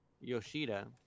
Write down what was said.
Yoshida